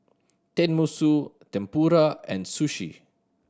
Tenmusu Tempura and Sushi